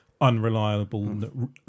unreliable